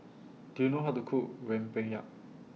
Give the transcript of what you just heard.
Do YOU know How to Cook Rempeyek